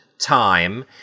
time